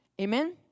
amen